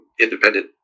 independent